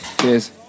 cheers